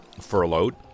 furloughed